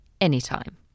anytime